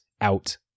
out